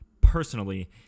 personally